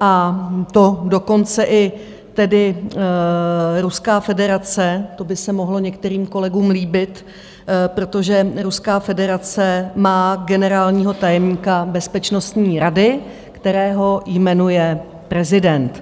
a to dokonce i Ruská federace, to by se mohlo některým kolegům líbit, protože Ruská federace má generálního tajemníka Bezpečnostní rady, kterého jmenuje prezident.